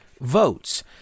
votes